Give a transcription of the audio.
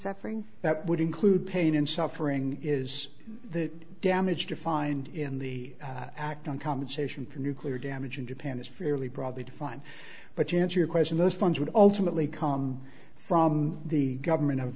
suffering that would include pain and suffering is the damage defined in the act on compensation for nuclear damage in japan is fairly broadly defined but your answer your question most funds would alternately come from the government of